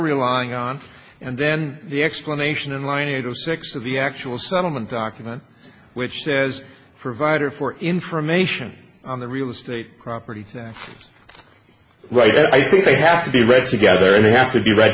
relying on and then the explanation in line to the six of the actual settlement document which says provider for information on the real estate property rights i think they have to be read together and they have to be r